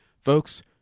Folks